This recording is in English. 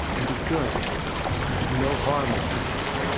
and be good, and no harm will come to you.